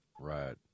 Right